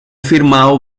firmado